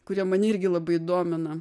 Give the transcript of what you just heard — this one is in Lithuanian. kurie mane irgi labai domina